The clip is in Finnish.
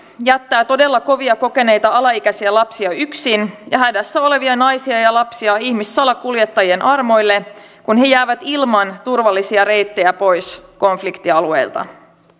jättää todella kovia kokeneita alaikäisiä lapsia yksin sekä hädässä olevia naisia ja lapsia ihmissalakuljettajien armoille kun he jäävät ilman turvallisia reittejä pois konfliktialueilta